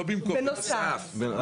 בנוסף.